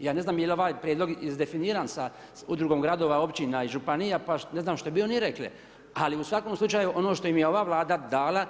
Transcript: Ja ne znam je li ovaj Prijedlog izdefiniran sa udrugom gradova, općina i županija, pa ne znam što bi oni rekli, ali u svakom slučaju ono što im je ova Vlada dala